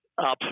Up